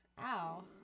ow